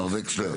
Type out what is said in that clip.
מר וקסלר.